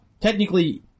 technically